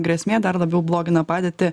grėsmė dar labiau blogina padėtį